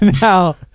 Now